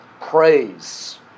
praise